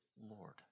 Lord